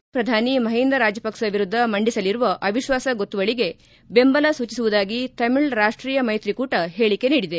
ನೂತನ ಪ್ರಧಾನಿ ಮಹಿಂದ ರಾಜಪಕ್ಷ ವಿರುದ್ದ ಮಂಡಿಸಲಿರುವ ಅವಿತ್ವಾಸ ಗೊತ್ತುವಳಿಗೆ ಬೆಂಬಲ ಸೂಚಿಸುವುದಾಗಿ ತಮಿಳ್ ರಾಷ್ಟೀಯ ಮೈತ್ರಿಕೂಟ ಹೇಳಕೆ ನೀಡಿದೆ